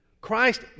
Christ